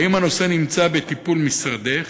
האם הנושא נמצא בטיפול משרדך?